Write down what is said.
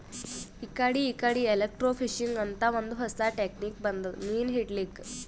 ಇಕಡಿ ಇಕಡಿ ಎಲೆಕ್ರ್ಟೋಫಿಶಿಂಗ್ ಅಂತ್ ಒಂದ್ ಹೊಸಾ ಟೆಕ್ನಿಕ್ ಬಂದದ್ ಮೀನ್ ಹಿಡ್ಲಿಕ್ಕ್